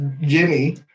Jimmy